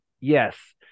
Yes